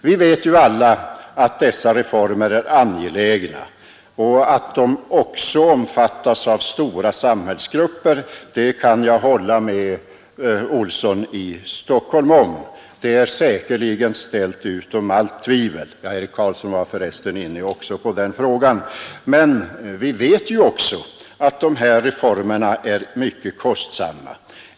Vi vet ju alla att dessa reformer är angelägna, och att de också önskas av stora samhällsgrupper kan jag hålla med herr Olsson i Stockholm om. Herr Carlsson i Vikmanshyttan var för resten också inne på den saken. Men vi vet också att dessa reformer är mycket kostsamma.